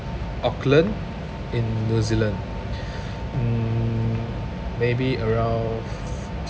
auckland in new zealand mm maybe around